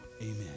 amen